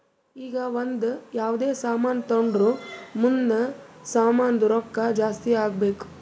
ಈಗ ಒಂದ್ ಯಾವ್ದೇ ಸಾಮಾನ್ ತೊಂಡುರ್ ಮುಂದ್ನು ಸಾಮಾನ್ದು ರೊಕ್ಕಾ ಜಾಸ್ತಿ ಆಗ್ಬೇಕ್